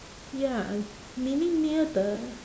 ya meaning near the